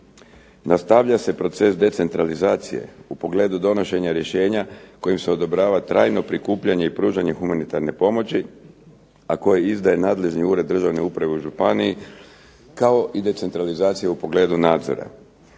Nastavlja se proces decentralizacije u pogledu donošenja rješenja kojim se odobrava trajno prikupljanje i pružanje humanitarne pomoći a koji izdaje nadležni ured državne uprave u županiji kao i decentralizacija u pogledu nadzora.